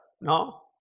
No